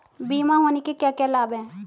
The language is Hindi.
बीमा होने के क्या क्या लाभ हैं?